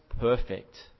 perfect